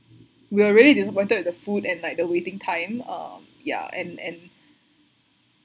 we're really disappointed with the food and like the waiting time um yeah and and